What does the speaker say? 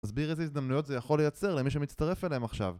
הסביר איזה הזדמנויות זה יכול לייצר למי שמצטרף אליהם עכשיו